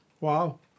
Wow